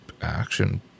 action